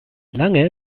lange